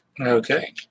Okay